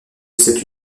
cette